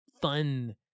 fun